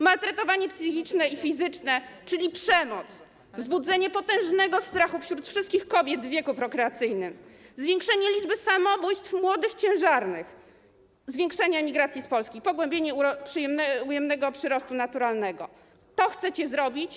Maltretowanie psychiczne i fizyczne, czyli przemoc, wzbudzenie potężnego strachu wśród wszystkich kobiet w wieku prokreacyjnym, zwiększenie liczby samobójstw młodych ciężarnych, zwiększenie emigracji z Polski, pogłębienie ujemnego przyrostu naturalnego - to chcecie zrobić.